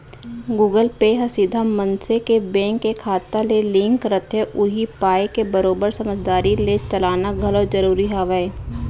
Google Pay ह सीधा मनसे के बेंक के खाता ले लिंक रथे उही पाय के बरोबर समझदारी ले चलाना घलौ जरूरी हावय